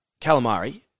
calamari